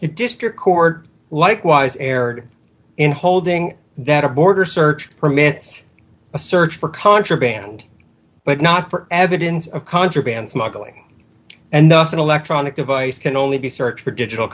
district court likewise erred in holding that a border search permits a search for contraband but not for evidence of contraband smuggling and thus an electronic device can only be searched for digital